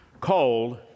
called